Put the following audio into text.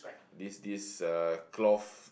this this uh cloth